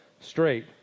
straight